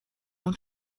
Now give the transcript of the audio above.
اون